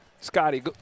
Scotty